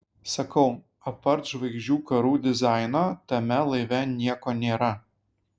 sakau apart žvaigždžių karų dizaino tame laive nieko nėra